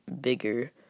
bigger